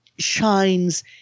shines